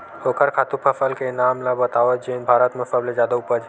ओखर खातु फसल के नाम ला बतावव जेन भारत मा सबले जादा उपज?